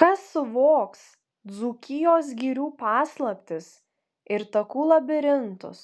kas suvoks dzūkijos girių paslaptis ir takų labirintus